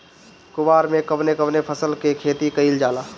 कुवार में कवने कवने फसल के खेती कयिल जाला?